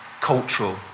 cultural